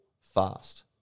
fast